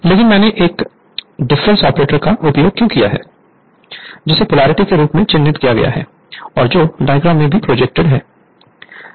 लेकिन मैंने एक डिफरेंस ऑपरेटर का उपयोग क्यों किया है जिसे पोलैरिटी के रूप में चिह्नित किया गया है और जो डायग्राम में भी प्रेजेंट है